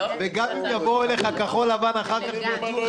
וגם אם יבואו אליך כחול לבן אחר כך ויציעו לך